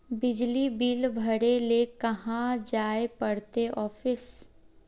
बिजली बिल भरे ले कहाँ जाय पड़ते ऑफिस?